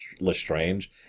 Lestrange